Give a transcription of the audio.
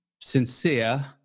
Sincere